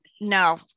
no